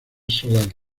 solar